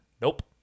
Nope